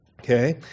Okay